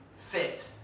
fit